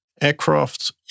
aircraft